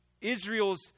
Israel's